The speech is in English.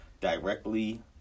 directly